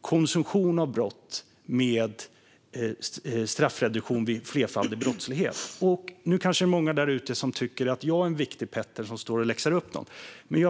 konsumtion av brott med straffreduktion vid flerfaldig brottslighet. Nu kanske det är många där ute som tycker att jag är en viktigpetter som står och läxar upp någon.